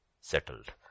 settled